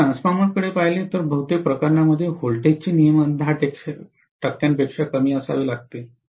जर मी ट्रान्सफॉर्मर कडे पाहिले तर बहुतेक प्रकरणांमध्ये व्होल्टेजचे नियमन 10 टक्क्यांपेक्षा कमी असावे लागते